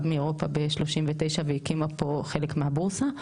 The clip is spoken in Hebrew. מאירופה ב-39' והקימה פה חלק מהבורסה,